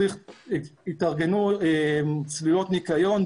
צריך צלילות ניקיון,